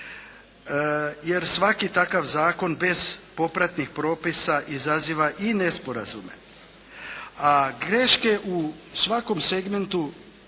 jer svaki takav zakon bez popratnih propisa izaziva i nesporazume, a greške u svakom segmentu